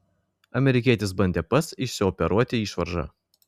amerikietis bandė pats išsioperuoti išvaržą